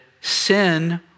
sin